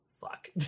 Fuck